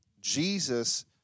Jesus